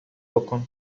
بکن